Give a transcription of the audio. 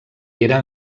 era